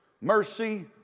mercy